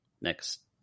next